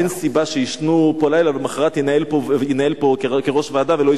אין סיבה שיישנו פה לילה ולמחרת ינהלו פה כראשי ועדה ולא,